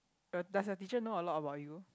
your does your teacher know a lot about you